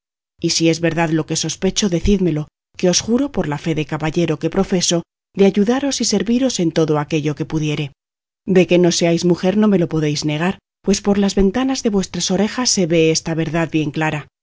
hace si es verdad lo que sospecho decídmelo que os juro por la fe de caballero que profeso de ayudaros y serviros en todo aquello que pudiere de que no seáis mujer no me lo podéis negar pues por las ventanas de vuestras orejas se vee esta verdad bien clara